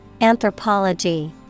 Anthropology